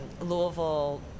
Louisville